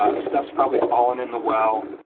ah stuff's probably falling in the well.